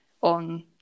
on